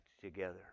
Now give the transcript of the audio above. together